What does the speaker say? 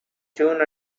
june